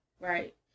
Right